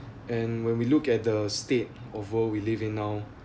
and when we look at the state over we live in now